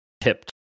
tipped